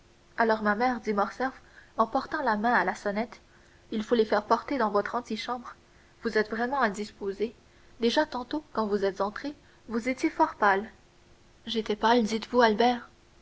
alors ma mère dit morcerf en portant la main à la sonnette il faut les faire porter dans votre antichambre vous êtes vraiment indisposée déjà tantôt quand vous êtes entrée vous étiez fort pâle j'étais pâle dites-vous albert